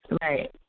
right